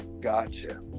gotcha